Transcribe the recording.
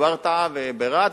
בברטעה וברהט,